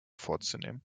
vorzunehmen